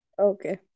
Okay